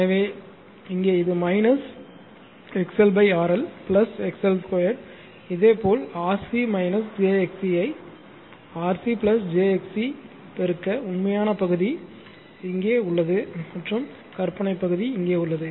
எனவே இங்கே இது XL RL XL2 இதேபோல் RC jXC ஐ RC j XC பெருக்க உண்மையான பகுதி இங்கே உள்ளது மற்றும் கற்பனை பகுதி இங்கே உள்ளது